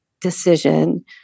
decision